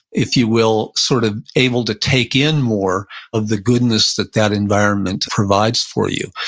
if you will, sort of able to take in more of the goodness that that environment provides for you.